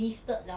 at first